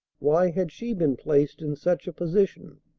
why had she been placed in such a position?